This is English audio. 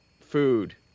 food